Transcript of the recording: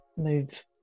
move